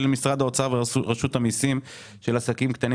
"עוסק שמחזור עסקאותיו בשנת הבסיס עולה על 150 אלף שקלים